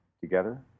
together